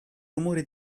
rumore